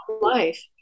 life